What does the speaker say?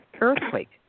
earthquake